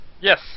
Yes